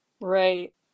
Right